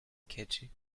catchy